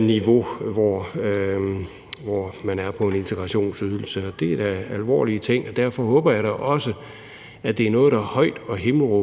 niveau, der svarer til integrationsydelse. Det er jo alvorlige ting, og derfor håber jeg også, at det er noget, der højt og